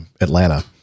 Atlanta